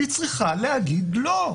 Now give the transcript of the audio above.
היא צריכה להגיד לא.